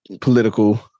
political